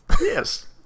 Yes